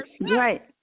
Right